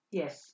yes